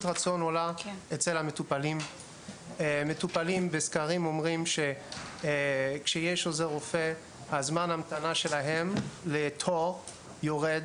מטופלים בסקרים אומרים שכשיש עוזר רופא זמן ההמתנה שלהם לתור יורד